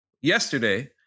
yesterday